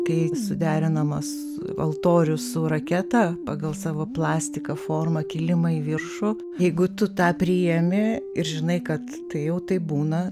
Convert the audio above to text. kai suderinamas altorius su raketa pagal savo plastika formą kilimą į viršų jeigu tu tą priimi ir žinai kad tai jau taip būna